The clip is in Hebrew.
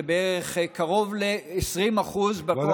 זה קרוב ל-20% בכוח של מג"ב.